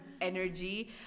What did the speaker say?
energy